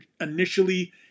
initially